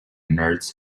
nerds